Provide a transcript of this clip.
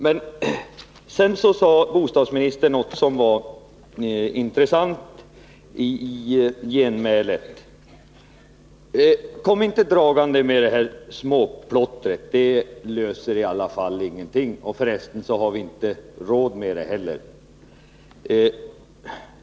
Bostadsministern sade i sitt genmäle något som var intressant: Kom inte dragande med det här småplottret! Det löser i alla fall inga problem, och förresten har vi inte råd med det heller.